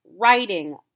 writing